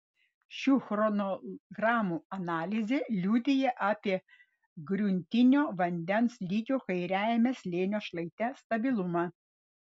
šių chronogramų analizė liudija apie gruntinio vandens lygio kairiajame slėnio šlaite stabilumą